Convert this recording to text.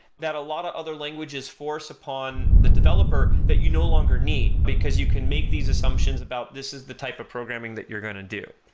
that a lot of other languages force upon the developer that you no longer need, because you can make these assumptions about this is the type of programming that you're going to do.